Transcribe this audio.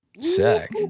Sick